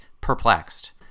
perplexed